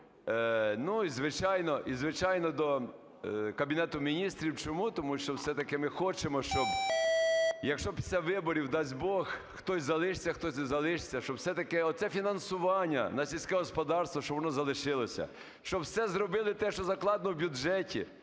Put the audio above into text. звичайно, до Кабінету Міністрів. Чому? Тому що, все-таки, ми хочемо, щоб якщо після виборів, дасть Бог, хтось залишиться, хтось не залишиться, щоб, все-таки, оце фінансування на сільське господарство, щоб воно залишилося, щоб все зробили те, що закладено в бюджеті,